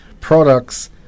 products